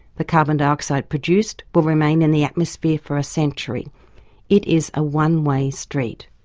the carbon dioxide produced will remain in the atmosphere for a century it is a one way street.